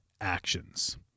Actions